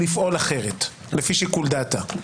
לפי שיקול דעתה?